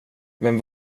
vem